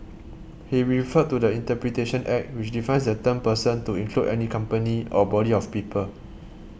he referred to the Interpretation Act which defines the term person to include any company or body of people